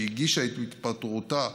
שהגישה את התפטרותה,